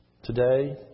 Today